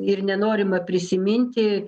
ir nenorimą prisiminti